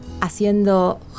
haciendo